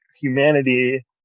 humanity